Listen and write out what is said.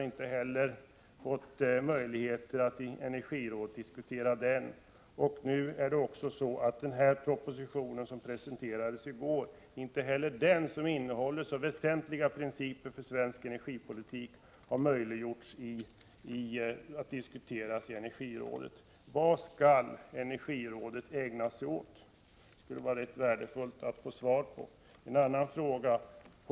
Inte heller denna har vi fått möjlighet att diskutera inom energirådet. Dessutom har det inte heller möjliggjorts en diskussion i energirådet beträffande den proposition som presenterades i går, som innehåller mycket väsentliga principer för svensk energipolitik. Vad skall energirådet ägna sig åt? Detta vore rätt värdefullt att få svar på.